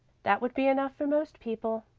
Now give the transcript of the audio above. that would be enough for most people,